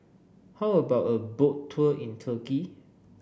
how about a Boat Tour in Turkey